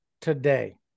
today